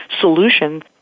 solutions